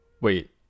Wait